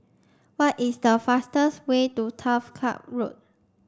what is the fastest way to Turf Club Road